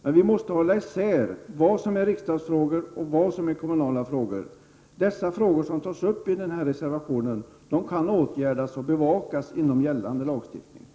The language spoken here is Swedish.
Men vi måste hålla isär vad som är riksdagsfrågor och vad som är kommunala frågor. De frågor som tas upp i reservation 29 kan åtgärdas och bevakas inom gällande lagstiftning.